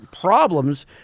problems